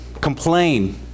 complain